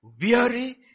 weary